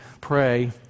pray